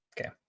Okay